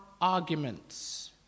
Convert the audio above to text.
arguments